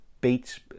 beats